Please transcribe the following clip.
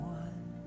one